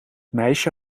meisje